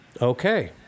okay